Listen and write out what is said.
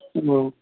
ও